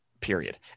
period